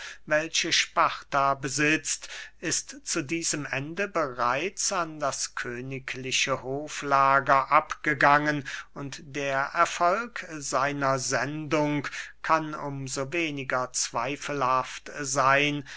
welche sparta besitzt ist zu diesem ende bereits an das königliche hoflager abgegangen und der erfolg seiner sendung kann um so weniger zweifelhaft seyn